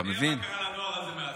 תראה מה קרה לנוער הזה מאז.